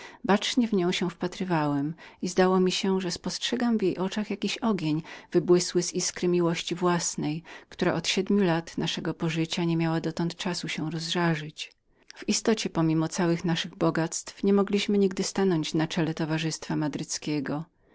bacznie w nią się wpatrywałem i zdało mi się żem spostrzegł w jej oczach jakiś niepojęty blask wybłysły z iskry miłości własnej która od siedmiu lat naszego pożycia nie miała dotąd czasu się rozżarzyć w istocie pomimo całych naszych bogactw niemogliśmy nigdy postawić się na czele towarzystwa madryckiego